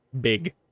Big